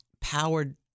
powered